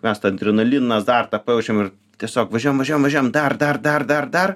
mes tą adrenaliną azartą pajaučiam ir tiesiog važiuojam važiuojam važiuojam dar dar dar dar dar